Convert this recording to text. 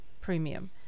premium